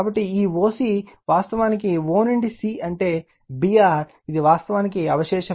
కాబట్టి ఈ o c వాస్తవానికి o నుండి c అంటే Br ఇది వాస్తవానికి అవశేష ఫ్లక్స్